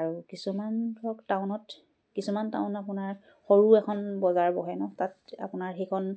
আৰু কিছুমান ধৰক টাউনত কিছুমান টাউন আপোনাৰ সৰু এখন বজাৰ বহে ন তাত আপোনাৰ সেইখন